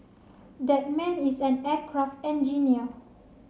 that man is an aircraft engineer